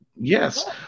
Yes